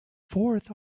fourth